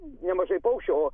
nemažai paukščių